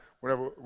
whenever